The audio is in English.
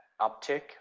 uptick